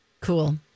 Cool